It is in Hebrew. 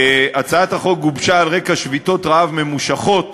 הצעת החוק גובשה על רקע שביתות רעב ממושכות